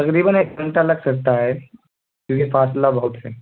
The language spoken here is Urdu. تقریباً ایک گھنٹہ لگ سکتا ہے کیونکہ فاصلہ بہت ہے